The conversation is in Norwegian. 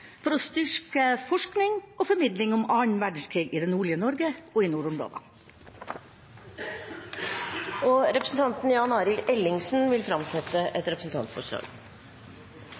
for å styrke forskning og formidling om 2. verdenskrig i det nordlige Norge og nordområdene. Representanten Jan Arild Ellingsen vil framsette et representantforslag.